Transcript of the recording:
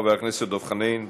חבר הכנסת דב חנין,